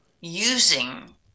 using